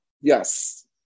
yes